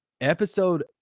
episode